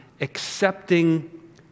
accepting